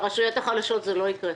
ברשויות החלשות זה לא יקרה.